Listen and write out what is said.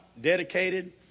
dedicated